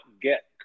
get